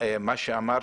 כפי שאמרת,